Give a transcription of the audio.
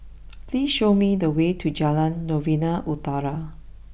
please show me the way to Jalan Novena Utara